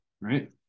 right